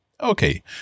Okay